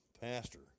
Pastor